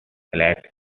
allied